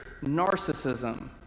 narcissism